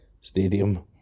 stadium